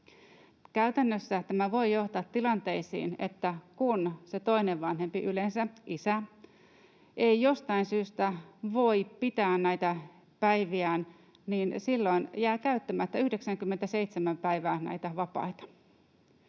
Käytännössä tämä voi johtaa tilanteisiin, että kun se toinen vanhempi, yleensä isä, ei jostain syystä voi pitää näitä päiviään, niin silloin jää käyttämättä 97 päivää näitä vapaita.